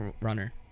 runner